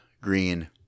green